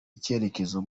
icyerekezo